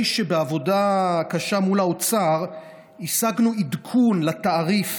שבעבודה קשה מול האוצר השגנו עדכון לתעריף